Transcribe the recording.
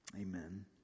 Amen